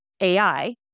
AI